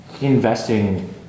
investing